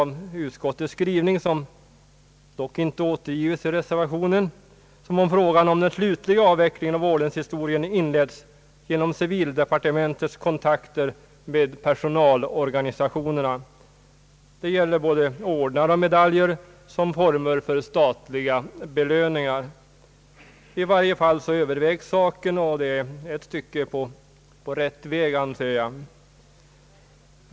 Av utskottets skrivning — dock inte återgiven i reservationen — verkar det som om frågan om den slutliga avvecklingen av ordensväsendet inletts genom =<civildepartementets kontakter med personalorganisationerna. Det gäller såväl ordnar och medaljer som former för statliga belöningar. I varje fall övervägs denna utveckling, något som jag tycker är ett steg på rätt väg.